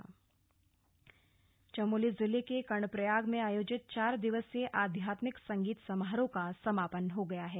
संगीत समारोह समापन चमोली जिले के कर्णप्रयाग में आयोजित चार दिवसीय आध्यत्मिक संगीत समारोह का समापन हो गया है